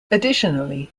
additionally